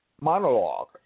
monologue